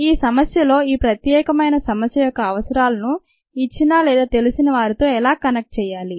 ఈ సమస్యలో ఈ ప్రత్యేకమైన సమస్య యొక్క అవసరాలను ఇచ్చిన లేదా తెలిసిన వారితో ఎలా కనెక్ట్ చేయాలి